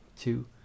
two